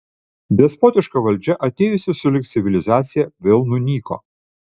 despotiška valdžia atėjusi sulig civilizacija vėl nunyko